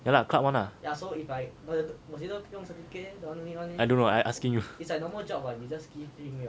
yeah lah club [one] lah I don't know I asking you